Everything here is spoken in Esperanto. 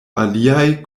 aliaj